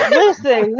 listen